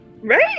Right